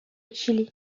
chili